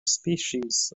species